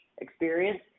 Experience